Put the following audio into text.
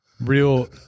real